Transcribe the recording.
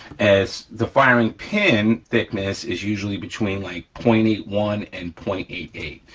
as the firing pin thickness is usually between like point eight one and point eight eight,